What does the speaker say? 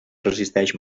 resisteix